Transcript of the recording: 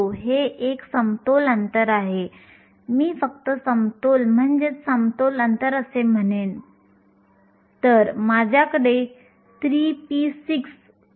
अशा परिस्थितीत जर हे दोन जास्त असतील तर गतिशीलता देखील जास्त असते आणि म्हणूनच वाहकता देखील जास्त आहे